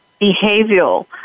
behavioral